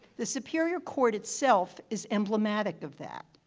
the superior court itself is emblematic of that.